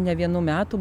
ne vienų metų